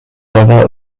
webber